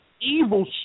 Evil